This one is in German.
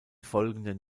folgenden